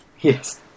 Yes